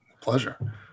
Pleasure